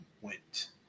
went